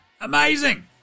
Amazing